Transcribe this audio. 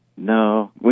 No